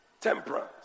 temperance